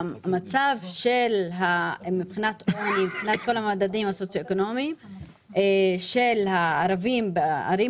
זה שמבחינת כל המדדים הסוציו-אקונומיים המצב של הערבים בערים